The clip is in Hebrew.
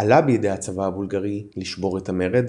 עלה בידי הצבא הבולגרי לשבור את המרד,